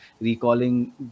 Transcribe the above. recalling